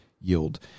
yield